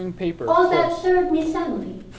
or that third miss emily,